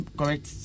correct